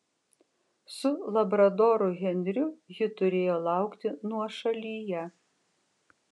su labradoru henriu ji turėjo laukti nuošalyje